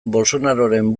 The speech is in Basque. bolsonaroren